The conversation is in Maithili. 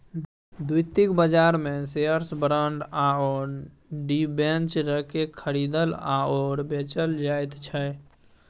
द्वितीयक बाजारमे शेअर्स बाँड आओर डिबेंचरकेँ खरीदल आओर बेचल जाइत छै